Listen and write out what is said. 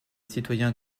citoyens